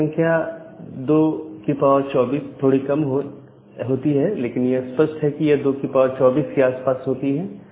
यह संख्या हालांकि 224 थोड़ी कम होती है लेकिन यह स्पष्ट है कि यह 224 के आसपास ही होती है